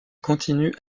continue